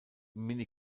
minnie